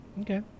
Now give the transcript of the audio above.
okay